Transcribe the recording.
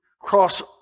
cross